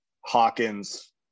Hawkins